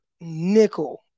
nickel